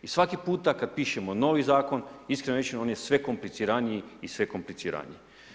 I svaki puta kad pišemo novi zakon iskreno rečeno on je sve kompliciraniji i sve kompliciraniji.